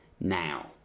now